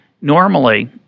Normally